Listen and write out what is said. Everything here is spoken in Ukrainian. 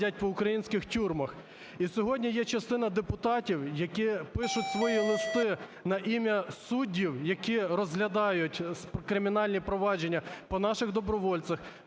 Дякую.